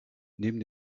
neben